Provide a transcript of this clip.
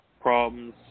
problems